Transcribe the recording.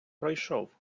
пройшов